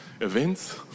events